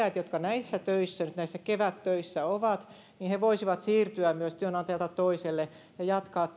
että he jotka nyt näissä kevättöissä ovat voisivat myös siirtyä työnantajalta toiselle ja jatkaa